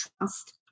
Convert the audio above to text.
trust